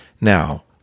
Now